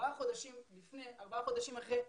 ארבעה חודשים לפני וארבעה חודשים אחרי.